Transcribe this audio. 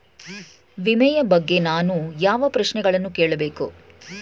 ವಿಮೆಯ ಬಗ್ಗೆ ನಾನು ಯಾವ ಪ್ರಶ್ನೆಗಳನ್ನು ಕೇಳಬೇಕು?